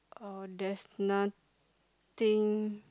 uh there's nothing